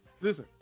listen